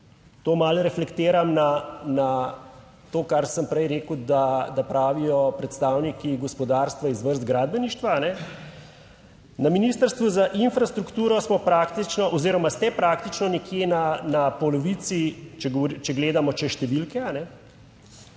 tu malo reflektiram na to, kar sem prej rekel, da pravijo predstavniki gospodarstva iz vrst gradbeništva -, na Ministrstvu za infrastrukturo smo praktično oziroma ste praktično nekje na polovici, če gledamo čez številke,